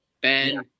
Ben